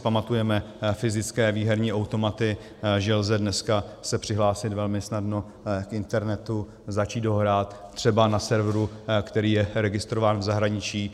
Pamatujeme si fyzické výherní automaty, že dneska se lze přihlásit velmi snadno na internetu, začít ho hrát třeba na serveru, který je registrován v zahraničí.